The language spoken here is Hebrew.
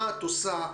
מה את עושה,